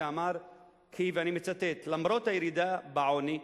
ואמר כי "למרות הירידה בעוני,